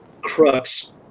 crux